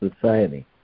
Society